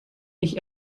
ich